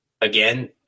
again